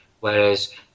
Whereas